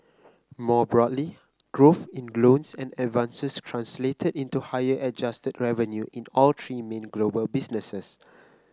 more broadly growth in loans and advances translated into higher adjusted revenue in all three main global businesses